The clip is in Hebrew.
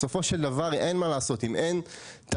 בסופו של דבר אין מה לעשות אם אין תעסוקה,